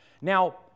Now